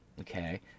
Okay